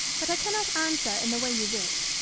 but i cannot answer in the way you wish.